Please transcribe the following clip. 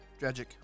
Dragic